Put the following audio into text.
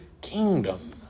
kingdom